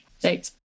Thanks